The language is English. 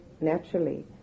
naturally